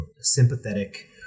sympathetic